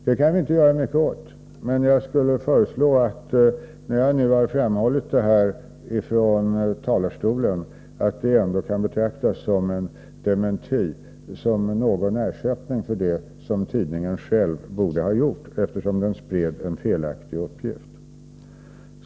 Det kan jag inte göra mycket åt, men jag skulle vilja föreslå att detta ändå, när jag nu har framhållit det från talarstolen, kan betraktas som en dementi och som någon ersättning för det som tidningen borde ha gjort, eftersom den spred en felaktig uppgift.